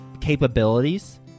capabilities